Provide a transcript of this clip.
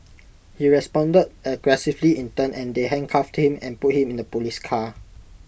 he responded aggressively in turn and they handcuffed him and put him in the Police car